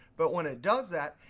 but when it does that,